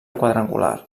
quadrangular